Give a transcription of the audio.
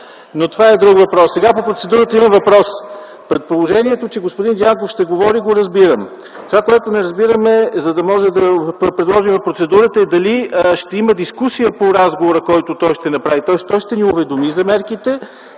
Но това е друг въпрос. Сега по процедурата – имам въпрос. Предположението, че господин Дянков ще говори, го разбирам. Това, което не разбирам, за да може да предложим процедурата, е дали ще има дискусия по разговора, който той ще направи, тоест той ще ни уведоми за мерките